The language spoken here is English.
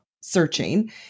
searching